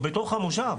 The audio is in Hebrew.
או בתוך המושב.